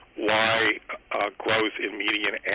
why growth in median and